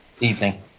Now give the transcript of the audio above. evening